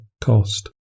cost